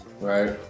right